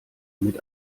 mit